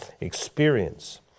experience